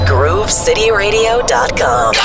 GrooveCityRadio.com